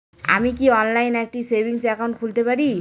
আমি কি অনলাইন একটি সেভিংস একাউন্ট খুলতে পারি?